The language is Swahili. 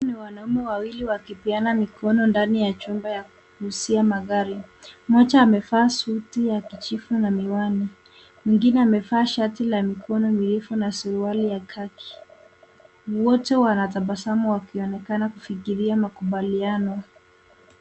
Hawa ni wanaume wawili wakipeana mikono ndani ya chumba ya kuuzia magari. Moja amevaa suti ya kijivu na miwani. Mwingine amevaa shati la mikono mirefu na suruali ya kaki. Wote wanatabasamu wakionekana kufikiria makubaliano.